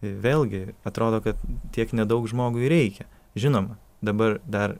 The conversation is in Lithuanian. vėlgi atrodo kad tiek nedaug žmogui reikia žinoma dabar dar